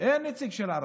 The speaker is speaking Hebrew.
אין נציג של הערבים.